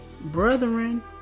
Brethren